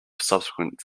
subsequent